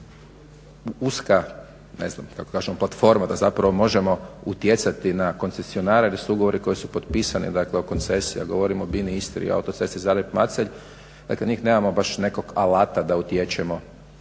kažemo uska platforma da zapravo možemo utjecati na koncesionare jer su ugovori koji su potpisan o koncesijama govorimo o Bina-Istra i autocesti Zagreb-Macelj, dakle njih nemamo baš nekog alata da utječemo